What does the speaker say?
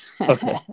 Okay